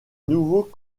nouveau